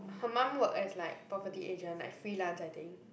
her mum work as like property agent like freelance I think